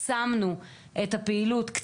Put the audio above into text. העצמנו את הפעילות של כל מסגרת הכשרה,